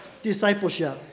discipleship